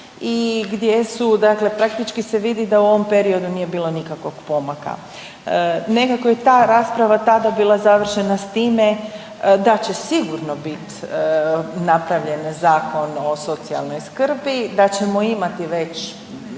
i gdje se praktički vidi da u ovom periodu nije bilo nikakvog pomaka. Nekako je ta rasprava tada bila završena s time da će sigurno bit napravljen Zakon o socijalnoj skrbi, da ćemo imati već